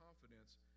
confidence